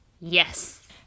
Yes